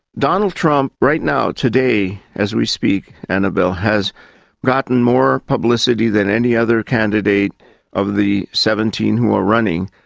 donald trump right now today as we speak, annabelle, has gotten more publicity than any other candidate of the seventeen who are running,